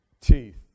teeth